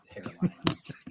hairlines